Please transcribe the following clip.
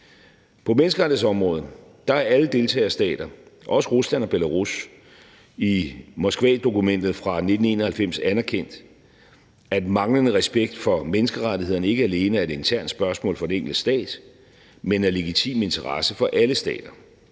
På menneskerettighedsområdet har alle deltagerstater, også Rusland og Belarus, i Moskvadokumentet fra 1991 anerkendt, at manglende respekt for menneskerettighederne ikke alene er et internt spørgsmål for den enkelte stat, men at det også er af legitim interesse for alle stater.